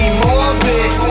morbid